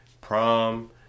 Prom